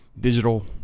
digital